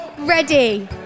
ready